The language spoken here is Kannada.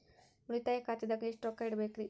ಉಳಿತಾಯ ಖಾತೆದಾಗ ಎಷ್ಟ ರೊಕ್ಕ ಇಡಬೇಕ್ರಿ?